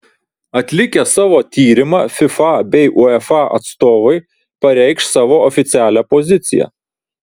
atlikę savo tyrimą fifa bei uefa atstovai pareikš savo oficialią poziciją